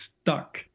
stuck